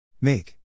Make